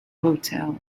hotel